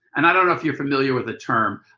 and i don't know if you're familiar with the term.